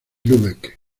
lübeck